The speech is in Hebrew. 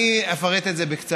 אני אפרט את זה בקצרה,